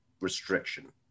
restriction